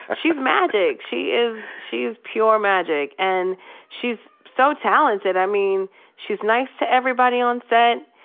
ah she's magic. she is she's pure magic. and she's so talented. i mean she's nice to everybody on set,